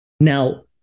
Now